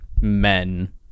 men